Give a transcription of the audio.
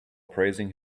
praising